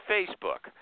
Facebook